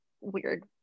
weird